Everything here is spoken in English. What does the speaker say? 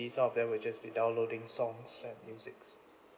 some of them will just be downloading songs and musics